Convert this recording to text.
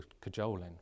cajoling